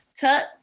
tuck